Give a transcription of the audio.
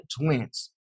twins